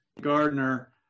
Gardner